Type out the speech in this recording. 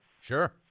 sure